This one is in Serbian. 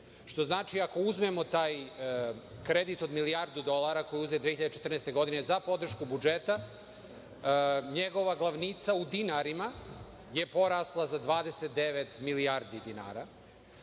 što znači, ako uzmemo taj kredit od milijardu dolara koji je uzet 2014. godine za podršku budžeta, njegova glavnica u dinarima je porasla za 29 milijardi dinara,